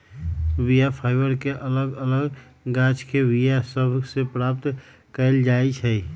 बीया फाइबर के अलग अलग गाछके बीया सभ से प्राप्त कएल जाइ छइ